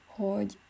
hogy